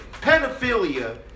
Pedophilia